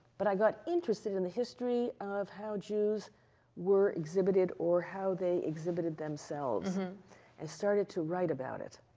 but i got interested in the history of how jews were exhibited or how they exhibited themselves. and and started to write about it.